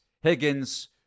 Higgins